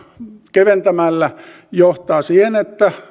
keventämällä johtaa siihen että